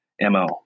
mo